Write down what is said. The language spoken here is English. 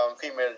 female